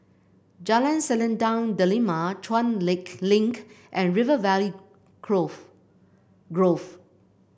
Jalan Selendang Delima Chuan Lake Link and River Valley Grove